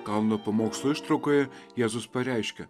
kalno pamokslo ištraukoje jėzus pareiškia